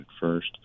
first